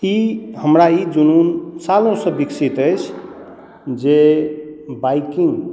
ई हमरा ई जुनून सालो से विकसित अछि जे बाइकिंग